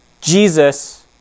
Jesus